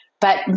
But-